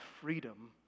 freedom